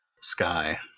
sky